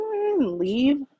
leave